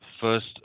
first